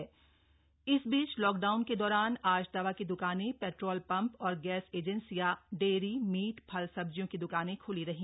breakdown इस बीच lockdown के दौरान आज दवा की द्वकानें पेट्रोल पंप और गैस एजेंसियां डेयरी मीट फल सब्जियों की दुकानें खुली रहीं